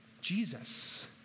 Jesus